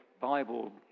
Bible